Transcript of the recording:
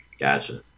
Gotcha